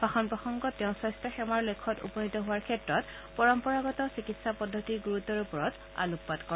ভাষণ প্ৰসংগত তেওঁ স্বাস্থ্য সেৱাৰ লক্ষ্যত উপনীত হোৱাৰ ক্ষেত্ৰত পৰম্পৰাগত চিকিৎসা পদ্ধতিৰ গুৰুত্বৰ ওপৰত আলোকপাত কৰে